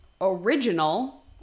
original